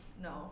No